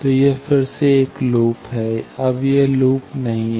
तो यह फिर से एक लूप है यह अब लूप नहीं है